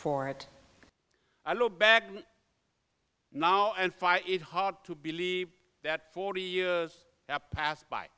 for it i look back now and fight it hard to believe that forty years have passed by